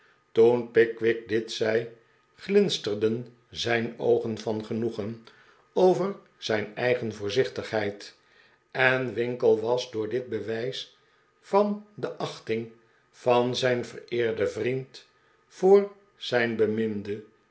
toen pickwick dit zei glinsterden zijn oogen van genoegen over zijn eigen voorzichtigheid en winkle was door dit bewijs van de achting van zijn vereerden vriend voor zijn beminde